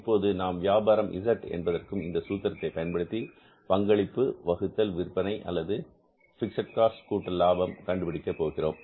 இப்போது நாம் வியாபாரம் இஸட் Z என்பதற்கும் சூத்திரத்தை பயன்படுத்தி பங்களிப்பு வகுத்தல் விற்பனை அல்லது பிக்ஸட் காஸ்ட் கூட்டல் லாபம் கண்டுபிடிக்க போகிறோம்